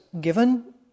given